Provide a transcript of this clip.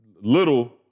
little